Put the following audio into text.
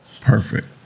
Perfect